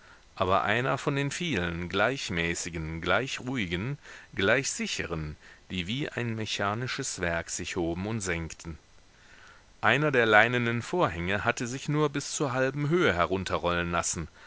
aber einer von den vielen gleichmäßigen gleichruhigen gleichsicheren die wie ein mechanisches werk sich hoben und senkten einer der leinenen vorhänge hatte sich nur bis zur halben höhe herunterrollen lassen